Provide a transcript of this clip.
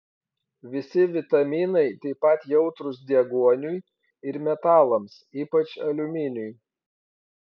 visi vitaminai taip pat jautrūs deguoniui ir metalams ypač aliuminiui